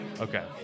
Okay